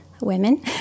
women